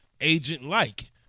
agent-like